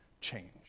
change